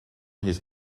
his